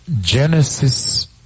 Genesis